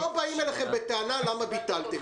לא באים אליכם בטענה למה ביטלתם.